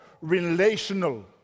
relational